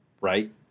Right